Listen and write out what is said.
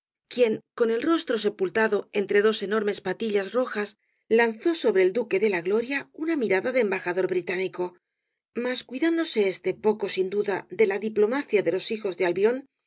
quien con el rostro sepultado entre dos enormes patullas rojas lanzó sobre el duque de la gloria una mirada de embajador británico mas cuidándose éste poco sin duda de la diplomacia de los hijos de albión